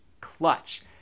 clutch